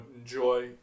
enjoy